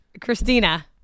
Christina